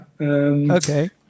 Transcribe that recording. okay